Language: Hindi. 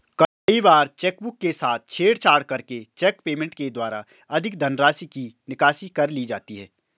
कई बार चेकबुक के साथ छेड़छाड़ करके चेक पेमेंट के द्वारा अधिक धनराशि की निकासी कर ली जाती है